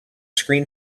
screen